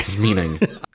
meaning